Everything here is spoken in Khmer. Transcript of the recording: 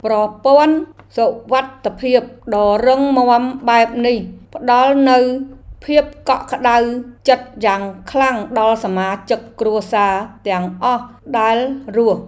ប្រព័ន្ធសុវត្ថិភាពដ៏រឹងមាំបែបនេះផ្តល់នូវភាពកក់ក្តៅចិត្តយ៉ាងខ្លាំងដល់សមាជិកគ្រួសារទាំងអស់ដែលរស់។